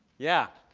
yeah.